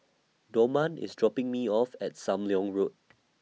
Dorman IS dropping Me off At SAM Leong Road